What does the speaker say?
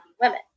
women